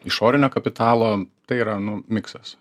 išorinio kapitalo tai yra nu miksas